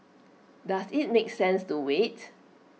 does IT make sense to wait